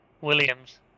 Williams